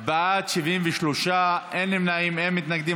בעד, 73, אין נמנעים, אין מתנגדים.